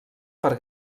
per